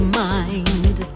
mind